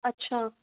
अच्छा